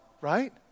Right